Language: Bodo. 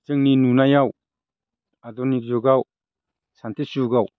जोंनि नुनायाव आधुनिक जुगाव साइन्थिस्ट जुगाव